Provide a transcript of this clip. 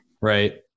right